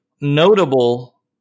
notable